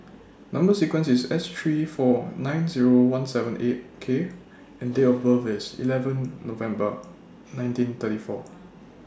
Number sequence IS S three four nine Zero one seven eight K and Date of birth IS eleven November nineteen thirty four